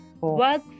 Work